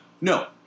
No